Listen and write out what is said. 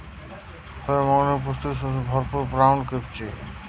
folate, magnesium পুষ্টিতে ভরপুর শস্য হতিছে ব্রাউন চিকপি